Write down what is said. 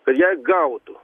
tai ją gautų